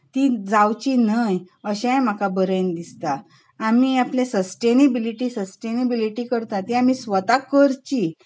ती जावची न्हय अशेंय म्हाका बरयन दिसता आमी आपली सस्टेनिबिलिटी सस्टेनिबिलिटी करतात तें आमी स्वताक करची